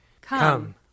Come